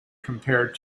compared